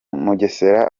mugesera